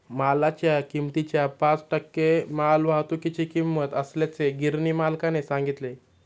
मालाच्या किमतीच्या पाच टक्के मालवाहतुकीची किंमत असल्याचे गिरणी मालकाने सांगितले